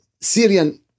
Syrian